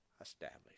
established